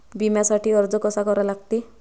बिम्यासाठी अर्ज कसा करा लागते?